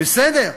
בסדר,